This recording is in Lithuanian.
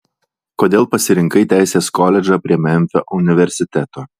kodėl pasirinkai teisės koledžą prie memfio universiteto